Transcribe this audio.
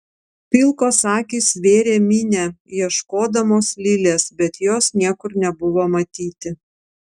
pilkos akys vėrė minią ieškodamos lilės bet jos niekur nebuvo matyti